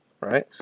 right